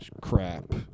crap